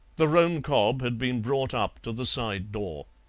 the roan cob had been brought up to the side door.